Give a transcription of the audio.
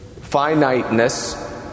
finiteness